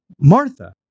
Martha